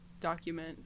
document